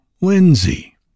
Lindsay